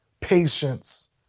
patience